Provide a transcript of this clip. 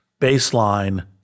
Baseline